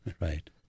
Right